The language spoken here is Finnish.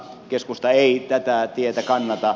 keskusta ei tätä tietä kannata